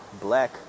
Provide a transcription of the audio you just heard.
black